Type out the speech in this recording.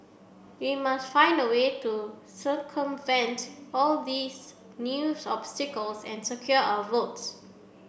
we must find a way to circumvent all these new obstacles and secure our votes